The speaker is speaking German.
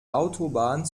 autobahn